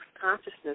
consciousness